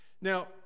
Now